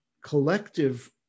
collective